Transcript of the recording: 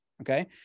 okay